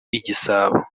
igisabo